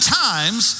times